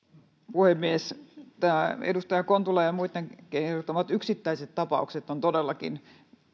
puhemies nämä edustaja kontulan ja muittenkin kertomat yksittäiset tapaukset ovat todellakin